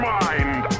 mind